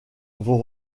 vos